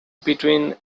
between